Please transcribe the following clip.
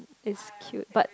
is cute but